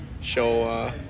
show